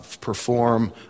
perform